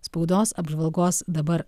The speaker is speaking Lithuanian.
spaudos apžvalgos dabar